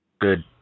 Good